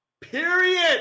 Period